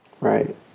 Right